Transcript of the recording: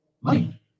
money